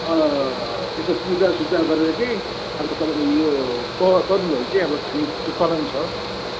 यसो पूजासुजा गरेर चाहिँ अब तपाईँको यो त तरुलहरू चाहिँ अब खाने त्यो चलन छ है